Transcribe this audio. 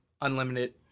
unlimited